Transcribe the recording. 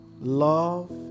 love